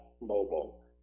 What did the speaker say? mobile